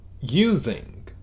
using